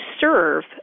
serve